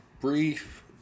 brief